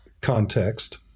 context